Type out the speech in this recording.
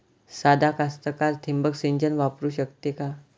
सादा कास्तकार ठिंबक सिंचन वापरू शकते का?